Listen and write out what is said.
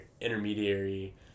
intermediary